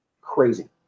Crazy